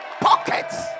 pockets